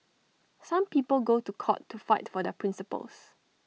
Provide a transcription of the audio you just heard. some people go to court to fight for their principles